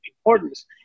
importance